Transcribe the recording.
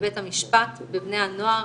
ובית המשפט ובני הנוער